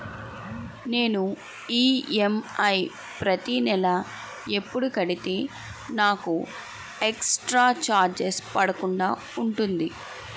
నేను ఈ.ఎం.ఐ ప్రతి నెల ఎపుడు కడితే నాకు ఎక్స్ స్త్ర చార్జెస్ పడకుండా ఉంటుంది?